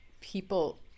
people